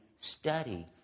study